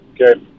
Okay